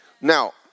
Now